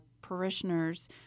parishioners